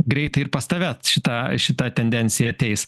greitai ir pas tave šita šita tendencija ateis